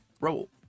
roll